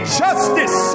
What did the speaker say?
justice